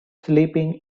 sleeping